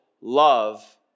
love